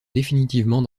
définitivement